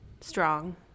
strong